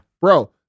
Bro